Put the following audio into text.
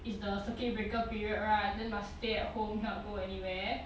it's the circuit breaker period right then must stay at home cannot go anywhere